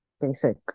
basic